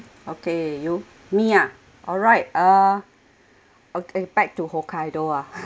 okay you me ah alright uh okay back to hokkaido ah